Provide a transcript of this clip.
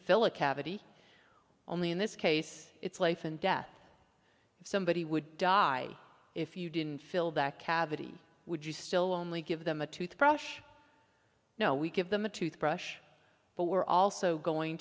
fill a cavity only in this case it's life and death if somebody would die if you didn't fill that cavity would you still only give them a tooth brush now we give them a tooth brush but we're also going